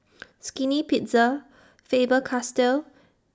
Skinny Pizza Faber Castell